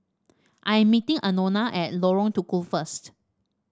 I am meeting Anona at Lorong Tukol first